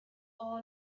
all